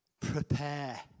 prepare